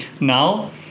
Now